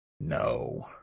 No